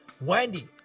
Wendy